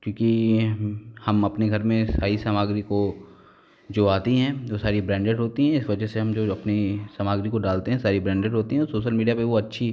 क्योंकि ये हम हम अपने घर में सारी सामग्री को जो आती हैं जो सारी ब्रैन्डेड होती हैं इस वजह से हम जो अपनी सामग्री को डालते हैं सारी ब्रैन्डेड होती हैं और सोसल मीडिया पे वो अच्छी